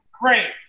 Great